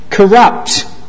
Corrupt